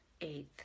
eighth